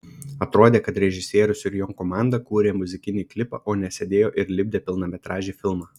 atrodė kad režisierius ir jo komanda kūrė muzikinį klipą o ne sėdėjo ir lipdė pilnametražį filmą